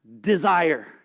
desire